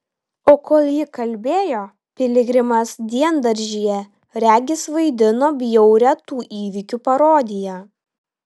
o kol ji kalbėjo piligrimas diendaržyje regis vaidino bjaurią tų įvykių parodiją